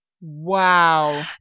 Wow